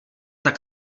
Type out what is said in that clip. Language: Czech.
tak